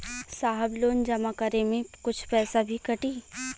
साहब लोन जमा करें में कुछ पैसा भी कटी?